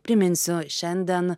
priminsiu šiandien